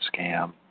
scam